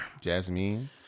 Jasmine